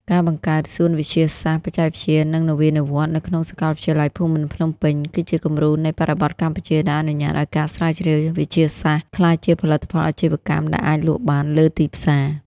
ការបង្កើត សួនវិទ្យាសាស្ត្រ បច្ចេកវិទ្យា និងនវានុវត្តន៍ នៅក្នុងសាកលវិទ្យាល័យភូមិន្ទភ្នំពេញ គឺជាគំរូនៃបរិបទកម្ពុជាដែលអនុញ្ញាតឱ្យការស្រាវជ្រាវវិទ្យាសាស្ត្រ ក្លាយជាផលិតផលអាជីវកម្មដែលអាចលក់បានលើទីផ្សារ។